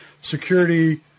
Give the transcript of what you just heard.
Security